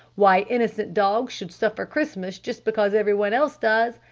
why innocent dogs should suffer christmas just because everybody else does.